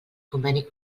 conveni